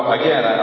again